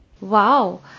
Wow